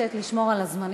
אני מבקשת לשמור על הזמנים.